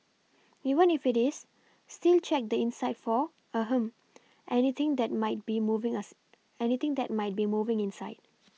even if it is still check the inside for ahem anything that might be moving us anything that might be moving inside